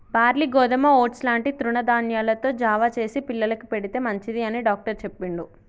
barley గోధుమ oats లాంటి తృణ ధాన్యాలతో జావ చేసి పిల్లలకు పెడితే మంచిది అని డాక్టర్ చెప్పిండు